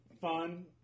fun